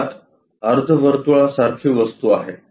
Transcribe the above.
आत अर्धवर्तुळासारखी वस्तू आहे